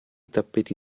tappeti